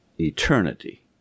Eternity